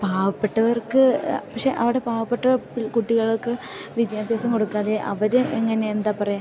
പാവപ്പെട്ടവർക്ക് പക്ഷെ അവിടെ പാവപ്പെട്ട കുട്ടികൾക്ക് വിദ്യാഭ്യാസം കൊടുക്കാതെ അവരെ എങ്ങനെ എന്താ പറയുക